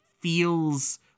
feels